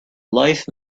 life